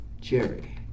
Jerry